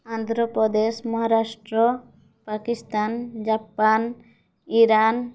Andhra Pradesh Maharashtra Pakistan Japan Iran